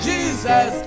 Jesus